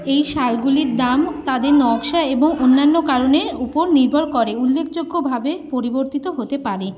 এই শালগুলির দাম তাদের নকশা এবং অন্যান্য কারণের উপর নির্ভর করে উল্লেখযোগ্যভাবে পরিবর্তিত হতে পারে